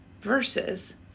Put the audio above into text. Versus